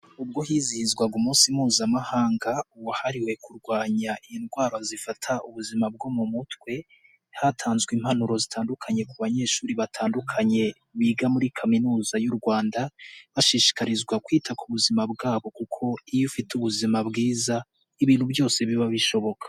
Ubwo hizihizwaga umunsi mpuzamahanga wahariwe kurwanya indwara zifata ubuzima bwo mu mutwe, hatanzwe impanuro zitandukanye ku banyeshuri batandukanye biga muri Kaminuza y'u Rwanda, bashishikarizwa kwita ku buzima bwabo kuko iyo ufite ubuzima bwiza ibintu byose biba bishoboka.